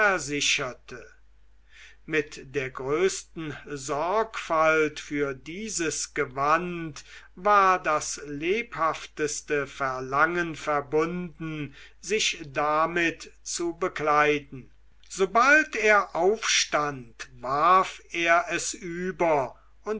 versicherte mit der größten sorgfalt für dieses gewand war das lebhafteste verlangen verbunden sich damit zu bekleiden sobald er aufstand warf er es über